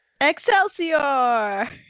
Excelsior